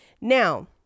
Now